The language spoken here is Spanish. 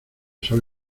sol